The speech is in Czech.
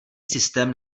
systém